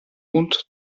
und